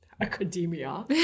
academia